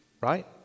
right